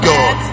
God